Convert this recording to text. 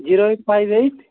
zero eight five eight